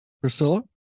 priscilla